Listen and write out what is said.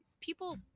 People